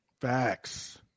facts